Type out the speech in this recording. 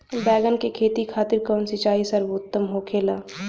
बैगन के खेती खातिर कवन सिचाई सर्वोतम होखेला?